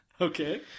Okay